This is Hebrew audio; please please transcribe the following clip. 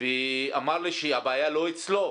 ואמר לי שהבעיה לא אצלו,